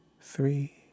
three